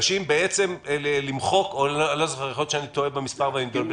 מוקדשים בעצם למחוק יכול להיות שאני טועה במספר ומתבלבל